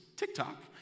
TikTok